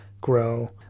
grow